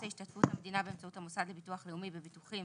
השתתפות המדינה באמצעות המוסד לביטוח לאומי בביטוחים